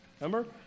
Remember